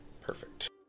Perfect